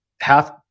half